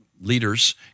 Leaders